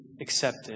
accepted